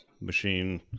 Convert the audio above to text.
machine